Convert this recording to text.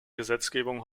gesetzgebungen